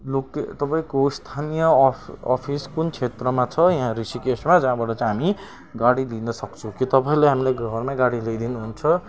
लोक तपाईँको स्थानीय अफ अफिस कुन क्षेत्रमा छ यहाँ ऋषिकेशमा जहाँबाट चाहिँ हामी गाडी लिनसक्छु के तपाईँहरूले हामीलाई घरमै गाडी ल्याइदिनुहुन्छ